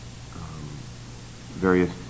various